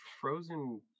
frozen